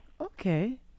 Okay